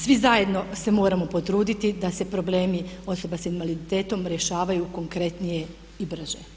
Svi zajedno se moramo potruditi da se problemi osoba s invaliditetom rješavaju konkretnije i brže.